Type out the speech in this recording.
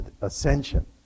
ascension